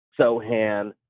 Sohan